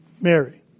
Mary